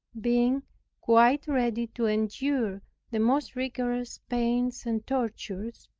being quite ready to endure the most rigorous pains and tortures,